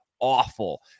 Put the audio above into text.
awful